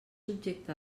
objecte